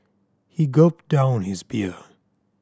he gulped down his beer